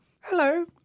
Hello